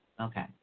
Okay